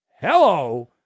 Hello